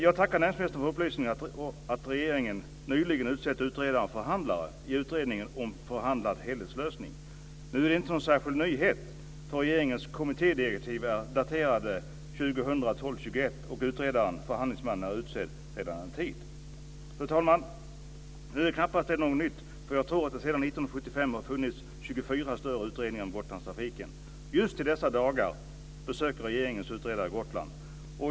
Jag tackar näringsministern för upplysningen att regeringen nyligen utsett utredare och förhandlare i utredningen om förhandlad helhetslösning. Nu är det inte någon särskild nyhet. Regeringens kommittédirektiv är daterat den 21 december 2000, och utredare och förhandlingsman är utsedd sedan en tid. Fru talman! Nu är det knappast något nytt. Jag tror att det sedan 1975 har funnits 24 större utredningar om Gotlandstrafiken. Just i dessa dagar besöker regeringens utredare Gotland.